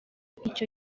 icyo